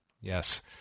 Yes